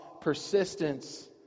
persistence